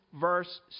verse